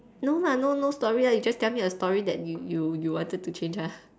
no lah no no story lah you just tell me a story that you you you wanted to change ah